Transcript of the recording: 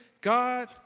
God